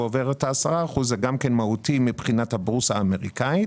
עובר את ה-10 אחוזים זה גם כן מהותי מבחינת הבורסה האמריקאית